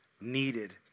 needed